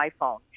iPhone